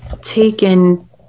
taken